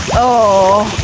oh,